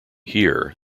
here